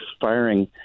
firing